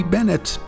Bennett